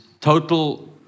total